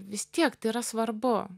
vis tiek tai yra svarbu